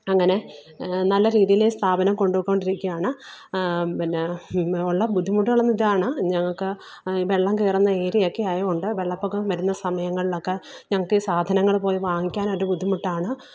അങ്ങനെ നല്ല രീതിയിൽ സ്ഥാപനം കൊണ്ടുപോയിക്കൊണ്ടിരിക്കുകയാണ് പിന്നെ ഉള്ള ബുദ്ധിമുട്ടുകൾ ഇന്നിതാണ് ഞങ്ങൾക്ക് ഈ വെള്ളം കയറുന്ന ഏരിയയൊക്കെ ആയതുകൊണ്ട് വെള്ളപ്പൊക്കം വരുന്ന സമയങ്ങളിലൊക്കെ ഞങ്ങൾക്ക് ഈ സാധനങ്ങൾ പോയി വാങ്ങിക്കാനൊരു ബുദ്ധിമുട്ടാണ്